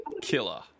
Killer